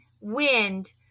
wind